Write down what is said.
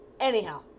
Anyhow